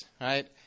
right